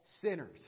Sinners